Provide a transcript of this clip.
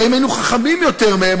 הרי אם היינו חכמים יותר מהם,